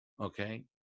Okay